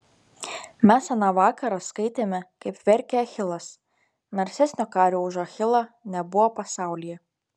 mes aną vakarą skaitėme kaip verkė achilas narsesnio kario už achilą nebuvo pasaulyje